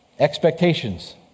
expectations